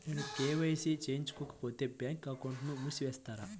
నేను కే.వై.సి చేయించుకోకపోతే బ్యాంక్ అకౌంట్ను మూసివేస్తారా?